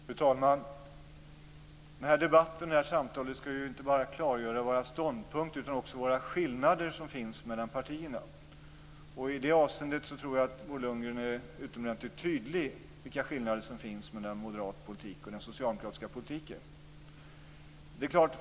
Fru talman! Den här debatten och det här samtalet skall ju inte bara klargöra våra ståndpunkter utan också de skillnader som finns mellan partierna. Jag tycker att Bo Lundgren är utomordentligt tydlig när det gäller vilka skillnader som finns mellan den moderata och den socialdemokratiska politiken.